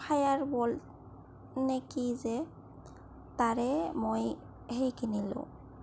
fire ball নে কি যে তাৰে মই সেই কিনিলো